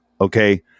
okay